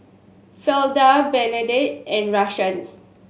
Fleda Bernadette and Rahsaan